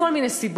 מכל מיני סיבות,